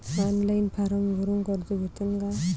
Online form भरून कर्ज भेटन का?